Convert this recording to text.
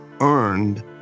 earned